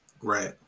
Right